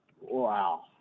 Wow